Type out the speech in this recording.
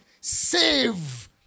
save